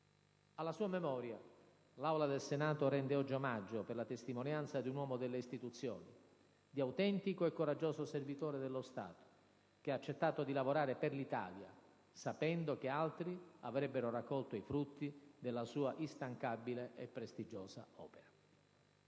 Alla sua memoria, l'Aula del Senato rende oggi omaggio, per la testimonianza di un uomo delle Istituzioni, di autentico e coraggioso servitore dello Stato, che ha accettato di lavorare per l'Italia, sapendo che altri avrebbero raccolto i frutti della sua instancabile e prestigiosa opera.